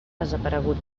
desaparegut